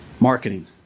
Marketing